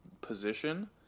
position